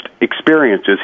experiences